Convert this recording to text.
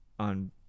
On